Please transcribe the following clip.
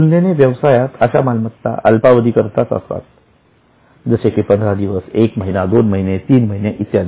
तुलनेने व्यवसायात अशा मालमत्ता अल्पावधी करता असतात जसे की पंधरा दिवस एक महिना दोन महिने तीन महिने इत्यादी